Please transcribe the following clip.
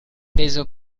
peso